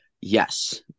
Yes